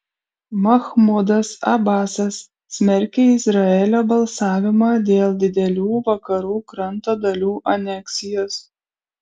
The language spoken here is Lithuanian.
machmudas abasas smerkia izraelio balsavimą dėl didelių vakarų kranto dalių aneksijos